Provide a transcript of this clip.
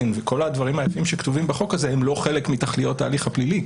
וכל הדברים היפים שכתובים בחוק הזה הם לא חלק מתכליות ההליך הפלילי,